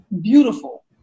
beautiful